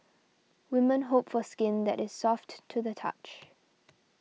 women hope for skin that is soft to the touch